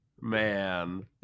Man